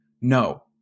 no